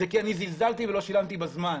זה כי זלזלתי ולא שילמתי בזמן,